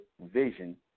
vision